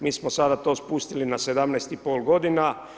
Mi smo sada to spustili na 17,5 godina.